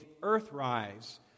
Earthrise